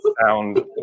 sound